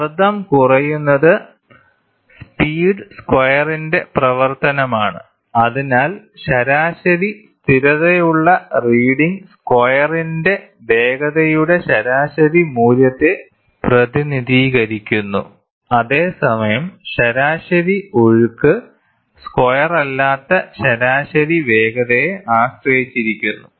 മർദ്ദം കുറയുന്നത് സ്പീഡ് സ്ക്വയറിന്റെ പ്രവർത്തനമാണ് അതിനാൽ ശരാശരി സ്ഥിരതയുള്ള റീഡിങ് സ്ക്വയറിന്റെ വേഗതയുടെ ശരാശരി മൂല്യത്തെ പ്രതിനിധീകരിക്കുന്നു അതേസമയം ശരാശരി ഒഴുക്ക് സ്ക്വയറല്ലാത്ത ശരാശരി വേഗതയെ ആശ്രയിച്ചിരിക്കുന്നു